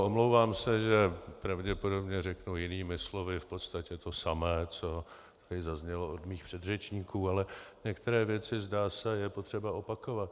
Omlouvám se, že pravděpodobně řeknu jinými slovy v podstatě to samé, co tady zaznělo od mých předřečníků, ale některé věci, zdá se, je potřeba opakovat.